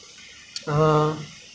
ya pause pause pause 那个